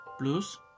Plus